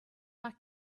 not